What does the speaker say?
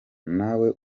nawe